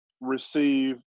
receive